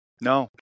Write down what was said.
No